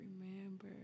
remember